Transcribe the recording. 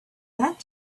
that